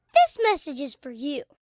this message is for you